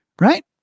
Right